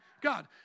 God